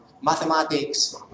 mathematics